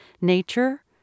nature